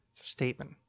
statement